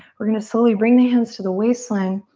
we're gonna slowly bring the hands to the waistline.